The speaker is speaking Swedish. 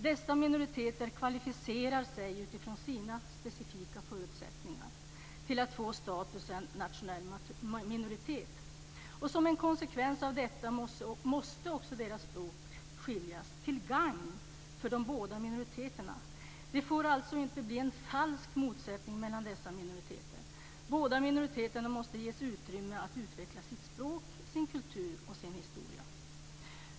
Dessa minoriteter kvalificerar sig utifrån sina specifika förutsättningar till att få statusen nationell minoritet. Som en konsekvens av detta måste också deras språk skiljas åt till gagn för de båda minoriteterna. Det får inte bli en falsk motsättning mellan dessa minoriter. Båda minoriteterna måste ges utrymme att utveckla sitt språk, sin kultur och sin historia.